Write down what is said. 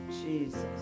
Jesus